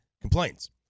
complains